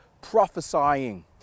prophesying